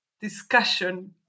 discussion